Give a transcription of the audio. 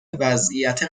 وضعیت